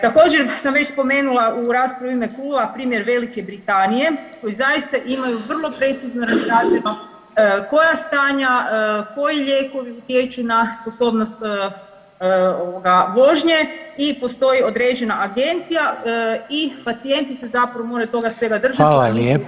Također sam već spomenula u raspravi u ime kluba primjer Velike Britanije koji zaista imaju vrlo precizno razrađeno koja stanja, koji lijekovi utječu na sposobnost ovoga vožnje i postoji određena agencija i pacijenti se zapravo moraju toga svega držati…